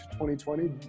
2020